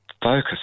focus